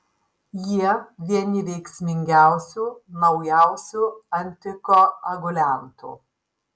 jie vieni veiksmingiausių naujausių antikoaguliantų